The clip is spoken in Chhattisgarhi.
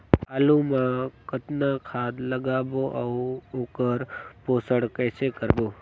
आलू मा कतना खाद लगाबो अउ ओकर पोषण कइसे करबो?